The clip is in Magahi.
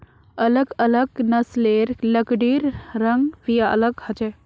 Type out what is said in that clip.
अलग अलग नस्लेर लकड़िर रंग भी अलग ह छे